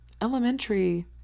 elementary